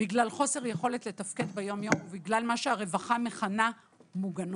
בגלל חוסר יכולת לתפקד ביום יום ובגלל מה שהרווחה מכנה "מוגנות".